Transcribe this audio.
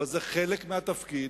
אבל זה חלק מהתפקיד,